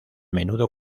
menudo